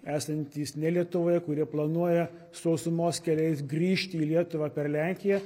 esantys ne lietuvoje kurie planuoja sausumos keliais grįžti į lietuvą per lenkiją